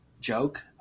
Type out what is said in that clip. joke